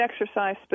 exercise